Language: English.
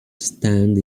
stand